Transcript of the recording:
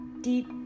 deep